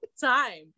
time